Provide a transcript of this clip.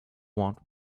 want